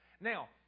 Now